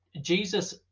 jesus